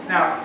Now